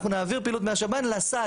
אנחנו נעביר פעילות מהשב"ן לסל,